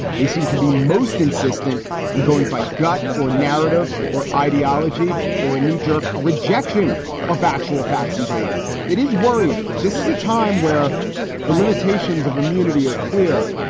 they seem to be most insistent on going by gut or narrative or ideology or a knee jerk rejection of actual facts and data. it is worrying. this this is a time where the limitations of immunity are clear.